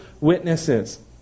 witnesses